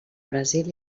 brasil